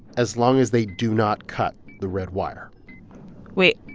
as long as they do not cut the red wire wait.